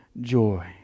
joy